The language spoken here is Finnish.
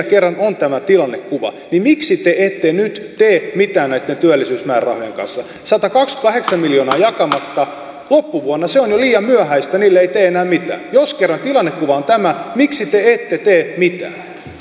kerran on tämä tilannekuva miksi te ette nyt tee mitään näitten työllisyysmäärärahojen kanssa satakaksikymmentäkahdeksan miljoonaa jakamatta loppuvuonna se on jo liian myöhäistä niillä ei tee enää mitään jos kerran tilannekuva on tämä miksi te ette tee mitään